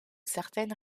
certaines